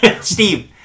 Steve